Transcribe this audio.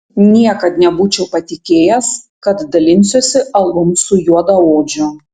niekad nebūčiau patikėjęs kad dalinsiuosi alum su juodaodžiu